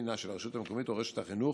היא של הרשות המקומית או רשת החינוך,